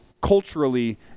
culturally